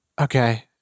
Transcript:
Okay